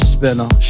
Spinner